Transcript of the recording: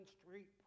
Street